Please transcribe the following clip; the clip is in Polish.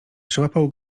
przyłapał